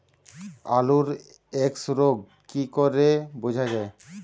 আলুর এক্সরোগ কি করে বোঝা যায়?